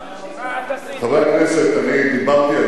שישה חודשים לא, חברי הכנסת, אני דיברתי היום,